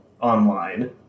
online